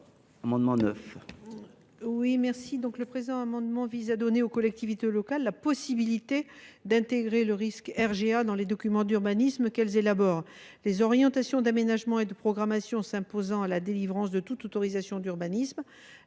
Le présent amendement vise à donner aux collectivités locales la possibilité d’intégrer le risque de RGA dans les documents d’urbanisme qu’elles élaborent. Les orientations d’aménagement et de programmation s’imposant à la délivrance de toute autorisation d’urbanisme,